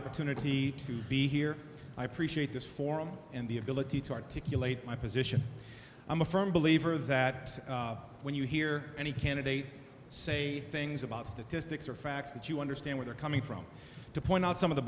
opportunity to be here i appreciate this forum and the ability to articulate my position i'm a firm believer that when you hear any candidate say things about statistics or facts that you understand where they're coming from to point out some of the